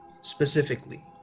specifically